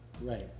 Right